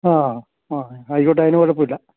ആ ആ ആയിക്കോട്ടെ അതിന് കുഴപ്പമില്ല